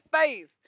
faith